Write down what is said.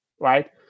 right